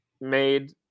made